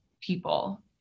people